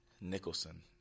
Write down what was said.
Nicholson